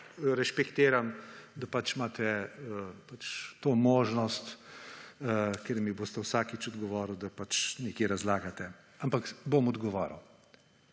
rešpektiram, da imate to možnost, ker mi boste vsakič odgovoril, da nekaj razlagate, ampak bom odgovoril.